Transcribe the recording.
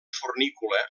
fornícula